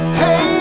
hey